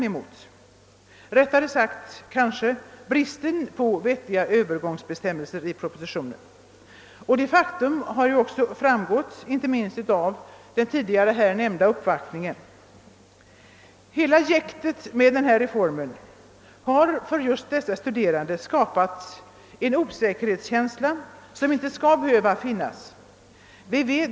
Eller det kanske är riktigare att säga bristen på vettiga övergångsbestämmelser, en brist som bl.a. framkommit inte minst vid den tidigare nämnda uppvaktningen. Jäktet med denna reform har för de studerande skapat en osäkerhetskänsla som inte borde behöva finnas.